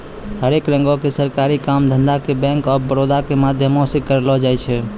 हरेक रंगो के सरकारी काम धंधा के बैंक आफ बड़ौदा के माध्यमो से करलो जाय छै